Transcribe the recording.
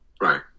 Right